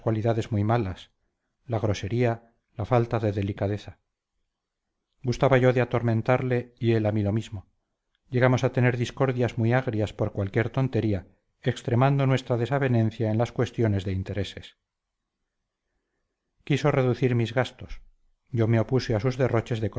muy malas la grosería la falta de delicadeza gustaba yo de atormentarle y él a mí lo mismo llegamos a tener discordias muy agrias por cualquier tontería extremando nuestra desavenencia en las cuestiones de intereses quiso reducir mis gastos yo me opuse a sus derroches de